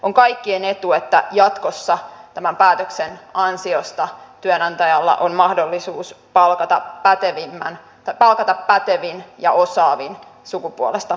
on kaikkien etu että jatkossa tämän päätöksen ansiosta työnantajalla on mahdollisuus palkata pätevin ja osaavin sukupuolesta riippumatta